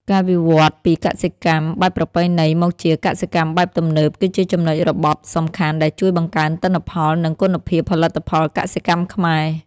ការវិវត្តន៍ពីកសិកម្មបែបប្រពៃណីមកជាកសិកម្មបែបទំនើប គឺជាចំណុចរបត់សំខាន់ដែលជួយបង្កើនទិន្នផល និងគុណភាពផលិតផលកសិកម្មខ្មែរ។